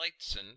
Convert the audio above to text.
Lightson